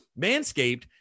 Manscaped